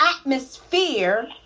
atmosphere